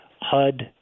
HUD